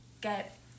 get